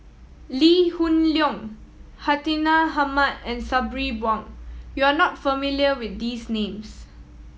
Lee Hoon Leong Hartinah Ahmad and Sabri Buang you are not familiar with these names